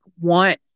want